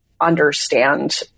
understand